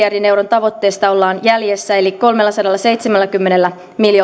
tavoitteesta ollaan jäljessä eli kolmellasadallaseitsemälläkymmenellä miljoonalla eurolla